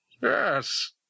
yes